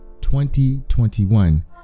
2021